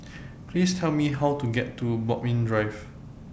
Please Tell Me How to get to Bodmin Drive